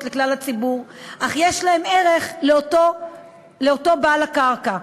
לכלל הציבור אך בעלות ערך לאותו בעל הקרקע.